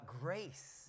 grace